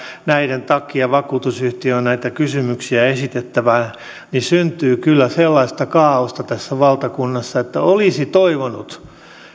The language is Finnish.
näiden takia vakuutusyhtiön on näitä kysymyksiä esitettävä niin syntyy kyllä sellaista kaaosta tässä valtakunnassa että olisi toivonut